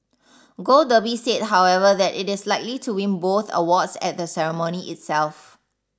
Gold Derby said however that it is likely to win both awards at the ceremony itself